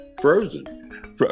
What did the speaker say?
frozen